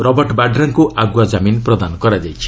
Robert ବାଡ୍ରାଙ୍କୁ ଆଗୁଆ ଜାମିନ ପ୍ରଦାନ କରାଯାଇଛି